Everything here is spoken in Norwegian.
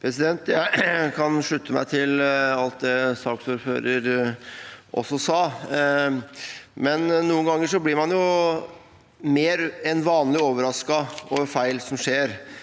Jeg kan slutte meg til alt det saksordføreren sa. Noen ganger blir man mer enn vanlig overrasket over feil som skjer,